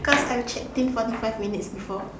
cause I've checked in forty five minutes before